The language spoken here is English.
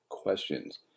Questions